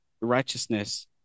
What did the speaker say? righteousness